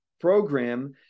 program